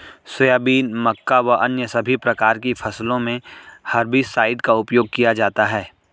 soybean, मक्का व अन्य सभी प्रकार की फसलों मे हेर्बिसाइड का उपयोग किया जाता हैं